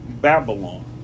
Babylon